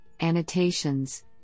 annotations